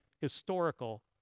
historical